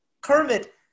Kermit